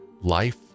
life